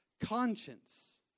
conscience